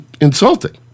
insulting